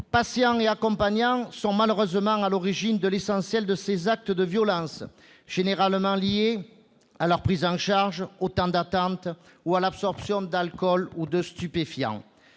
Patients et accompagnants sont hélas à l'origine de l'essentiel de ces actes de violence, généralement liés à leur prise en charge, au temps d'attente, à l'absorption d'alcool ou de stupéfiants.